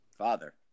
Father